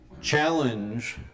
challenge